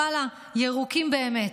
ואללה, ירוקים באמת.